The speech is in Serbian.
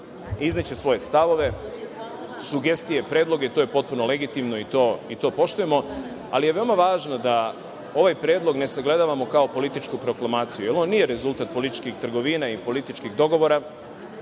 izneće svoje stavove, sugestije, predloge, to je potpuno legitimno i to poštujemo, ali je veoma važno da ovaj predlog ne sagledavamo kao političku proklamaciju, jer on nije rezultat političkih trgovina i političkih dogovora,